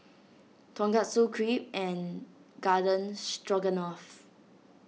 Tonkatsu Crepe and Garden Stroganoff